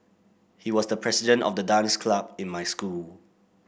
he was the president of the dance club in my school